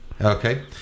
Okay